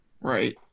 Right